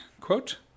quote